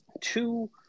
two